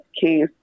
case